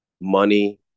money